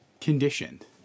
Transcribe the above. conditioned